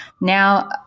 Now